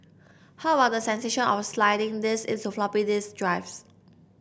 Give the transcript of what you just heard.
how about the sensation of sliding these into floppy disk drives